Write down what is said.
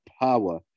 power